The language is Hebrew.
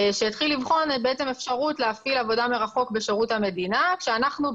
שהתחיל לבחון אפשרות להפעיל עבודה מרחוק בשירות המדינה שאנחנו,